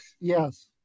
Yes